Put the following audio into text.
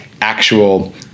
actual